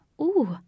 Ooh